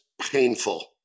painful